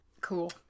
Cool